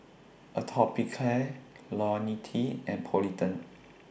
Atopiclair Ionil T and Polident